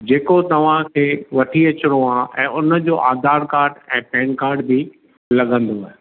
जेको तव्हां खे वठी अचणो आहे ऐं उन जो आधार कार्ड ऐं पैन कार्ड बि लॻंदव